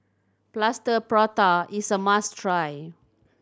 Plaster Prata is a must try